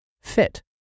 fit